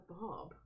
Bob